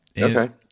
Okay